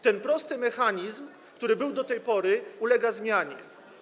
Ten prosty mechanizm, który był do tej pory, ulega zmianie.